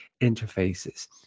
interfaces